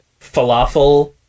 falafel